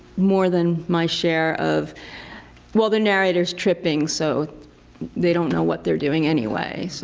more than my share of well the narrator is tripping, so they don't know what they are doing anyway, so